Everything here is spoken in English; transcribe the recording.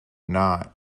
not